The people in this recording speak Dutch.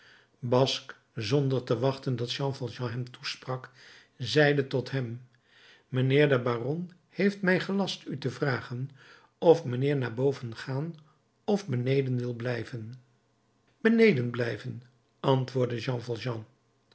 basque zonder te wachten dat jean valjean hem toesprak zeide tot hem mijnheer de baron heeft mij gelast u te vragen of mijnheer naar boven gaan of beneden wil blijven beneden blijven antwoordde jean